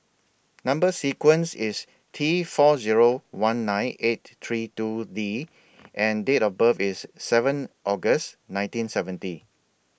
Number sequence IS T four Zero one nine eight three two D and Date of birth IS seven August nineteen seventy